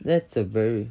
that's a very